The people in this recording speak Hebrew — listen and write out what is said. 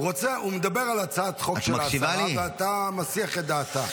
הוא מדבר על הצעת חוק של --- ואתה מסיח את דעתה.